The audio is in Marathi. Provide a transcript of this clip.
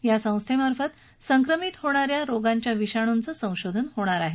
या संस्थेमार्फत संक्रमित होणा या रोगांच्या विषाणूंचं संशोधन केलं जाणार आहे